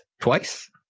twice